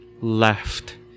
left